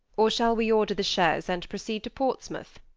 or shall we order the chaise and proceed to portsmouth?